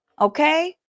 Okay